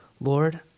Lord